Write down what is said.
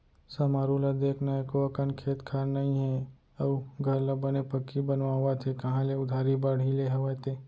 समारू ल देख न एको अकन खेत खार नइ हे अउ घर ल बने पक्की बनवावत हे कांहा ले उधारी बाड़ही ले हवय ते?